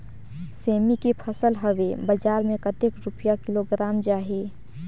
सेमी के फसल हवे बजार मे कतेक रुपिया किलोग्राम जाही?